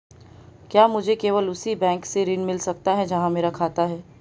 क्या मुझे केवल उसी बैंक से ऋण मिल सकता है जहां मेरा खाता है?